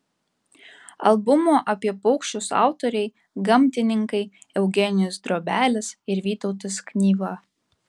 albumo apie paukščius autoriai gamtininkai eugenijus drobelis ir vytautas knyva